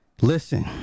Listen